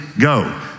go